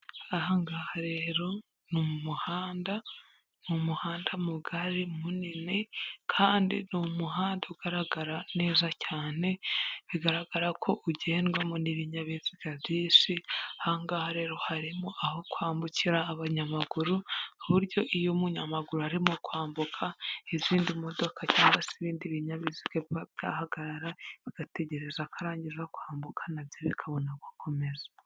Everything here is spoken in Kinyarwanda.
Aha ngaha rero ni umuhanda, ni umuhanda mugari munini kandi ni umuhanda ugaragara neza cyane bigaragara ko ugendwamo n'ibinyabiziga byinshi, aha ngaha rero harimo aho kwambukira h'abanyamaguru ku buryo iyo umunyamaguru arimo kwambuka izindi modoka cyangwag se ibindi binyabiziga biba byahagarara bigategereza ko arangiza kwambuka nabyo bikabona gukomeza.